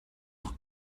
noch